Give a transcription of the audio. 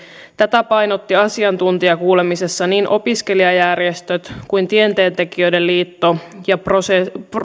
tätä painottivat asiantuntijakuulemisessa niin opiskelijajärjestöt kuin myös tieteentekijöiden liitto ja